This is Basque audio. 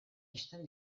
ixten